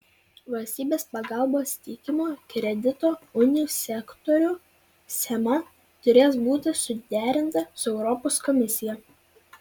valstybės pagalbos teikimo kredito unijų sektoriui schema turės būti suderinta su europos komisija